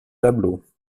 tableaux